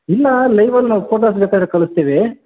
ಇಲ್ಲ ಲೈವಲ್ಲಿ ನಾವು ಫೋಟೋಸ್ ಬೇಕಾರೆ ಕಳಿಸ್ತೀವಿ